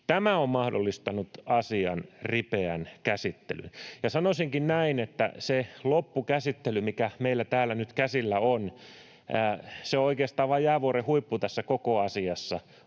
Tämä on mahdollistanut asian ripeän käsittelyn. Ja sanoisinkin näin, että se loppukäsittely, mikä meillä täällä nyt käsillä on, on oikeastaan vain jäävuoren huippu tässä koko asiassa.